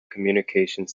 communications